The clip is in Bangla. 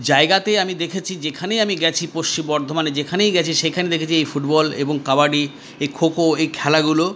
জায়গাতে আমি দেখেছি যেখানেই আমি গেছি পশ্চিম বর্ধমানে যেখানেই গেছি সেখানেই দেখেছি এই ফুটবল এবং কাবাডি এই খোখো এই খেলাগুলো